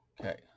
Okay